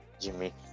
Jimmy